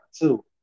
two